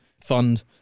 Fund